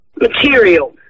Material